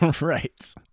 Right